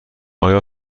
آیا